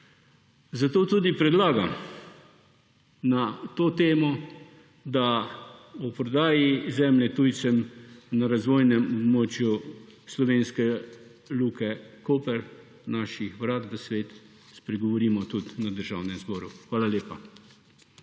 Zato tudi predlagam na to temo, da o prodaji zemlje tujcem na razvojnem območju slovenske Luke Koper, naših vrat v svet, spregovorimo tudi na Državnem zboru. Hvala lepa.